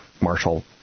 marshal